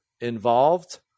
involved